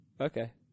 Okay